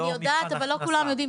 אני יודעת, אבל לא כולם יודעים.